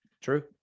true